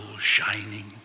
shining